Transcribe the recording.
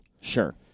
Sure